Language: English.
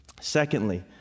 Secondly